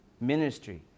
Ministry